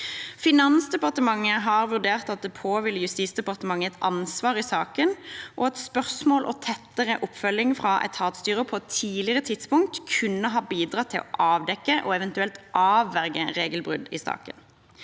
Finansdepartementet har vurdert at det påhviler Justisdepartementet et ansvar i saken, og at spørsmål og tettere oppfølging fra etatsstyret på et tidligere tidspunkt kunne ha bidratt til å avdekke og eventuelt avverge regelbrudd i saken.